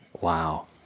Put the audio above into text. Wow